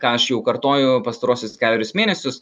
ką aš jau kartoju pastaruosius kelerius mėnesius